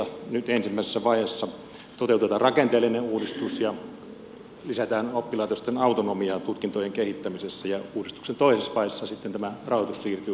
nyt ensimmäisessä vaiheessa toteutetaan rakenteellinen uudistus ja lisätään oppilaitosten autonomiaa tutkintojen kehittämisessä ja uudistuksen toisessa vaiheessa sitten tämä rahoitus siirtyy kokonaan valtiolle